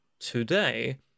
today